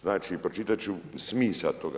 Znači pročitat ću smisao toga.